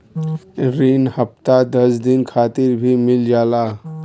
रिन हफ्ता दस दिन खातिर भी मिल जाला